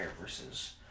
versus